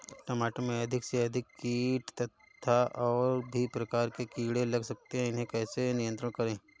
टमाटर में अधिक से अधिक कीट तथा और भी प्रकार के कीड़े लग जाते हैं इन्हें कैसे नियंत्रण करें?